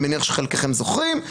אני מניח שחלקכם זוכרים,